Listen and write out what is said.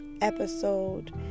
episode